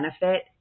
benefit